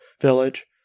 village